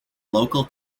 local